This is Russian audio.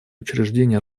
учреждений